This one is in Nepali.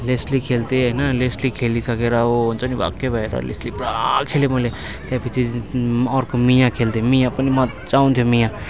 लेस्ली खेल्थेँ होइन लेस्ली खेलिसकेर हुन्छ नि वाक्कै भएर लेस्ली पुरा खेलेँ मैले त्यहाँपिच्छे अर्को मिया खेल्थेँ मिया पनि मजा आउँथ्यो मिया